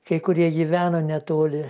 kai kurie gyveno netoli